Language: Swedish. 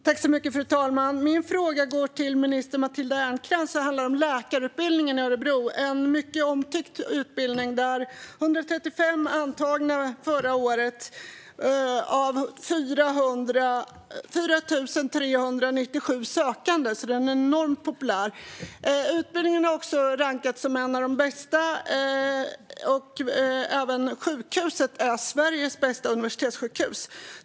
Fru talman! Min fråga går till minister Matilda Ernkrans och handlar om läkarutbildningen i Örebro. Det är en mycket omtyckt utbildning där 135 blev antagna förra året av 4 397 sökande. Den är enormt populär. Utbildningen har också rankats som en av de bästa, och även sjukhuset är Sveriges bästa universitetssjukhus.